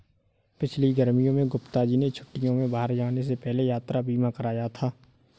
पिछली गर्मियों में गुप्ता जी ने छुट्टियों में बाहर जाने से पहले यात्रा बीमा कराया था